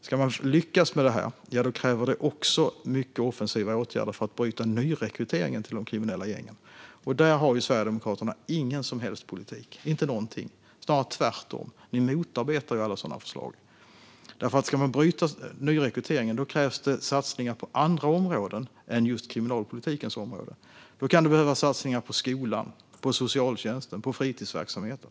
Ska man lyckas lösa frågan krävs det också mycket offensiva åtgärder för att bryta nyrekryteringen till de kriminella gängen, och där har ju Sverigedemokraterna ingen som helst politik - ingenting. Det är snarare tvärtom; ni motarbetar alla sådana förslag, Tobias Andersson. Ska man bryta nyrekryteringen krävs det satsningar på andra områden än just kriminalpolitikens område. Då kan det behövas satsningar på skolan, socialtjänsten och fritidsverksamheten.